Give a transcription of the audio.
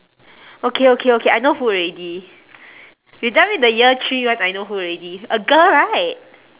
okay okay okay I know who already you tell me the year three one I know who already a girl right